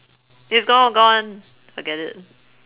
it's all gone forget it